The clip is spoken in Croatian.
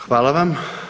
Hvala vam.